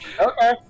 Okay